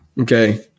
Okay